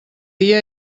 dia